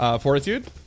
Fortitude